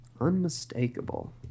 Unmistakable